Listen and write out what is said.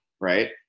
Right